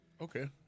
okay